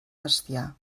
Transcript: bestiar